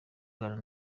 aganira